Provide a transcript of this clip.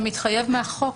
זה מתחייב מהחוק.